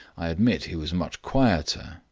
i admit he was much quieter,